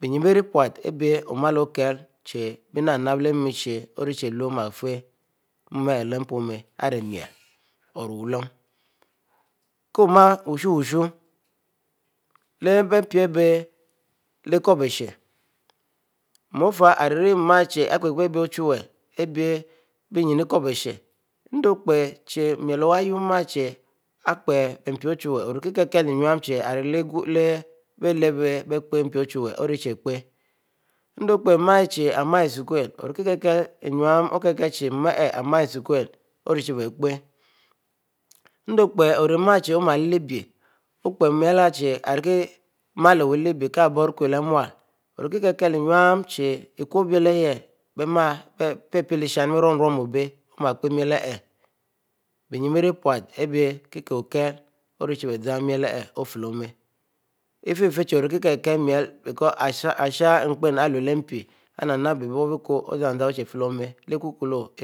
bieyenn biepute abie omle kile chie, bie nap-napb leh-muishah ri chie oma pieh mu arieh leh ponieh maieti ko mieh wushu-shuie leh bie mpi ikobiesheh, mu ofieh ari miel ari|pie-pie biempi ochuwue, abie beyen ikobiesheh ipie biempi ochwue, ori chie pie endieh opi nu achie ma esukle, orikile enue ochi pie-ari mu arieh ma leh-bie ari omu arichie om'a lehbie okile eennu chie ikobie ima-ma lehbie biepie pie leh|shine, bierumrum obie, omiel pie miel ariel bieyunne bie rie pute abie kole orieh chie zam miel arieh ofieh oma, ifieh chiee ori kile miel, beloro ishah npin ariluleh mpi leh kukulo